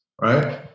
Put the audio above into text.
right